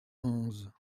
onze